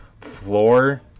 floor